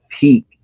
peak